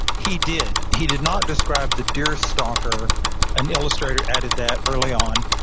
he did. he did not describe the deerstalker an illustrator added that early on,